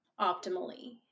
optimally